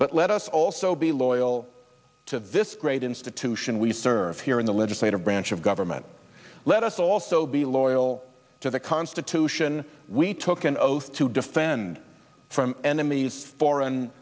but let us also be loyal to vist great institution we serve here in the legislative branch of government let us also be loyal to the constitution we took an oath to defend from enemies foreign